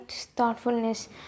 thoughtfulness